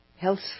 health